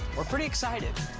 we're pretty excited.